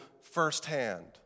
firsthand